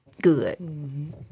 good